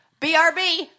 BRB